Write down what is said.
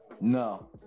No